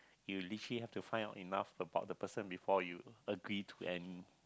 you literally have to find out enough about the person before you agree to it and